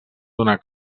donar